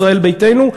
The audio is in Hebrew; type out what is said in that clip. ישראל ביתנו,